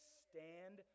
stand